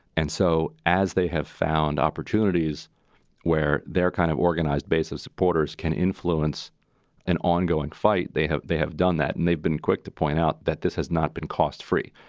and so as they have found opportunities where they're kind of organized base of supporters can influence an ongoing fight, they have they have done that and they've been quick to point out that this has not been cost free.